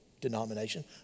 denomination